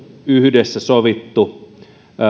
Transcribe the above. yhdessä sovittu